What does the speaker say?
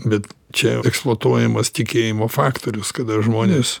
bet čia eksploatuojamas tikėjimo faktorius kada žmonės